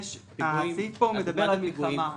הסעיף פה מדבר על מלחמה,